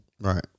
Right